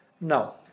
No